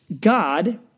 God